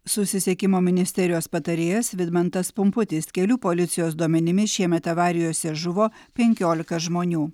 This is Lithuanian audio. susisiekimo ministerijos patarėjas vidmantas pumputis kelių policijos duomenimis šiemet avarijose žuvo penkiolika žmonių